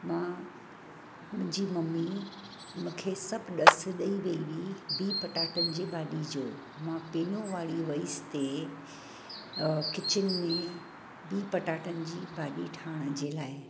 मां मुंहिंजी मम्मी मूंखे सभु ॾसु ॾेइ वई हुई बीह पटाटनि जी भाॼी जो मां पहिरियों वारी वइसि ते अ किचन में बीह पटाटनि जी भाॼी ठाहिण जे लाइ